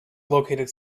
located